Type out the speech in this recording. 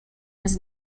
his